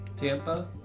tampa